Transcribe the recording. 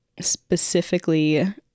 specifically